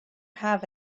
have